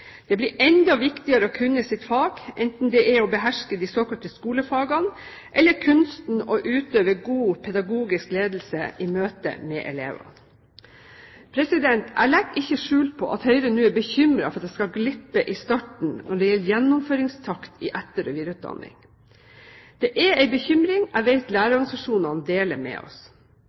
Det blir enda viktigere å kunne sitt fag, enten det er å beherske de såkalte skolefagene eller kunsten å utøve god pedagogisk ledelse i møte med elvene. Jeg legger ikke skjul på at Høyre nå er bekymret for at det skal glippe i starten når det gjelder gjennomføringstakten i etter- og videreutdanningen. Det er en bekymring jeg vet lærerorganisasjonene deler med oss.